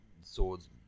swords